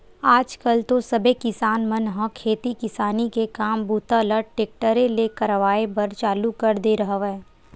आज कल तो सबे किसान मन ह खेती किसानी के काम बूता ल टेक्टरे ले करवाए बर चालू कर दे हवय